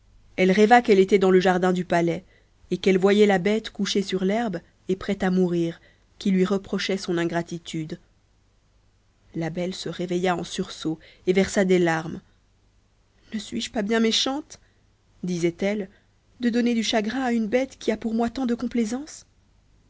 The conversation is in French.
elle rêva qu'elle était dans le jardin du palais et qu'elle voyait la bête couchée sur l'herbe et près de mourir qui lui reprochait son ingratitude la belle se réveilla en sursaut et versa des larmes ne suis-je pas bien méchante disait-elle de donner du chagrin à une bête qui a pour moi tant de complaisance